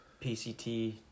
PCT